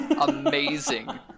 Amazing